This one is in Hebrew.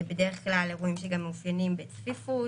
בדרך כלל אירועים שגם מאופיינים בצפיפות,